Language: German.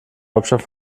hauptstadt